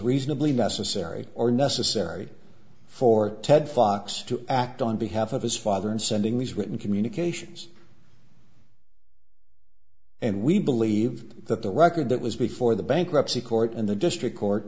reasonably necessary or necessary for ted fox to act on behalf of his father in sending these communications and we believe that the record that was before the bankruptcy court in the district court